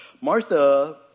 Martha